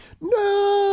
No